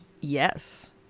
Yes